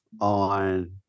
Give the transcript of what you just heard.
on